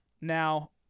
Now